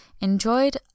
enjoyed